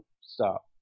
stop